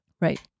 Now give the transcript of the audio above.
Right